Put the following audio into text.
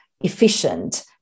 efficient